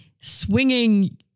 swinging